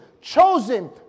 chosen